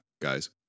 guys